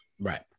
Right